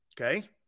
okay